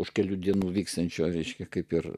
už kelių dienų vyksiančio reiškia kaip ir